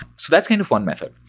so that's kind of one method.